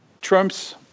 Trump's